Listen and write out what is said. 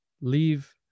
leave